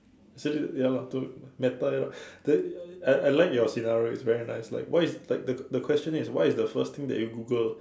so ya lah do meta lah then I I like your scenario it's very nice like why if like the the question is what is the first thing that you Google